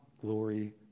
glory